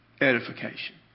edification